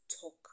talk